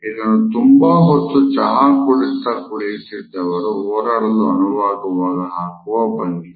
ಇದನ್ನು ತುಂಬಾ ಹೊತ್ತು ಚಹಾ ಕುಡಿಯುತ್ತ ಕುಳಿತಿದ್ದವರು ಹೋರಾಡಲು ಅನುವಾಗುವಾಗ ಹಾಕುವ ಭಂಗಿ